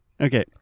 Okay